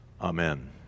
amen